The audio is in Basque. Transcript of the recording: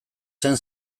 zen